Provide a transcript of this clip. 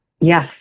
Yes